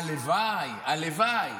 הלוואי, הלוואי